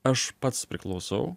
aš pats priklausau